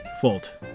Fault